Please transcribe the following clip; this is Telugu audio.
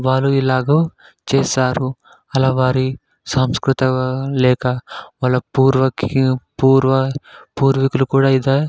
వారు ఇలాగు చేసారు అలా వారి సాంస్కృత లేక వాళ్ళ పూర్వక పూర్వ పూర్వీకులు కూడా ఇద